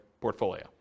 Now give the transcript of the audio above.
portfolio